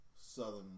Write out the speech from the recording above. Southern